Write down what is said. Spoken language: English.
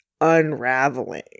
unraveling